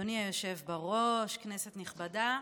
אדוני היושב בראש, כנסת נכבדה,